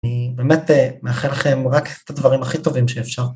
אני באמת מאחל לכם רק את הדברים הכי טובים שאפשר.